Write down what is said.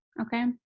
Okay